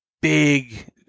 big